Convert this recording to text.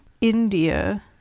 India